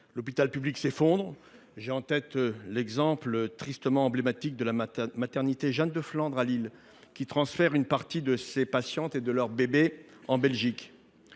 L’hôpital public s’effondre. J’ai en tête l’exemple tristement emblématique de la maternité Jeanne de Flandre, à Lille, qui transfère une partie de ses patientes et de leurs bébés en Belgique.